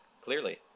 Clearly